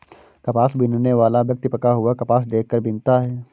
कपास बीनने वाला व्यक्ति पका हुआ कपास देख कर बीनता है